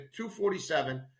247